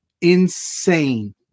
Insane